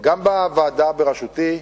גם בוועדה בראשותי,